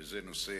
בנושא